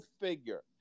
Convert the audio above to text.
figure